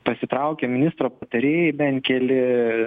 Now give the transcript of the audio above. pasitraukė ministro patarėjai bent keli